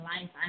life